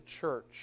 church